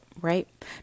right